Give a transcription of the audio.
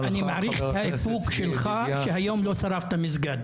אני מעריך את האיפוק שלך שהיום לא שרפת מסגד,